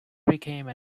became